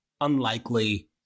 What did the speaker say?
unlikely